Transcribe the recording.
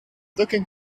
looking